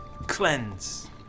cleanse